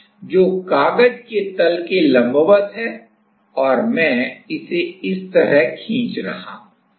जो कागज के तल के लंबवत है और मैं इसे इस तरह खींच रहा हूं